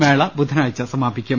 മേള ബുധനാഴ്ച സമാപിക്കും